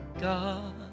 God